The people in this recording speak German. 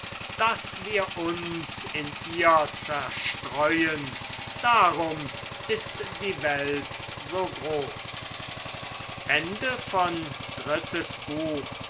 daß wir uns in ihr zerstreuen darum ist die welt so groß